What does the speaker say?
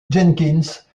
jenkins